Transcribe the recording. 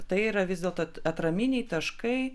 tai yra vis dėlto atraminiai taškai